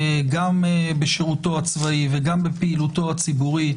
גם בשירותו הצבאי וגם בפעילותו הציבורית,